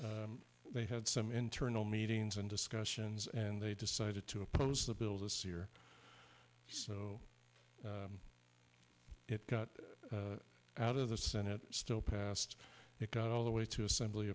year they had some internal meetings and discussions and they decided to oppose the bill this year so it got out of the senate still passed it got all the way to assembly